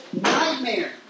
nightmare